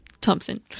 Thompson